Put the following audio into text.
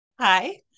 Hi